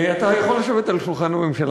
אתה יכול לשבת לשולחן הממשלה